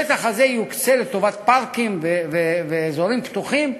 השטח הזה יוקצה לטובת פארקים ואזורים פתוחים,